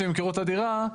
שהם ימכרו את הדירה,